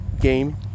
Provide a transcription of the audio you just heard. game